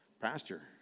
Pastor